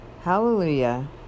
hallelujah